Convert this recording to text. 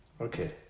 Okay